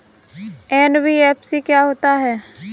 NBFC क्या होता है?